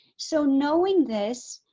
so knowing this,